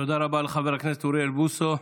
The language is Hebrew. תודה רבה לחבר הכנסת אוריאל בוסו.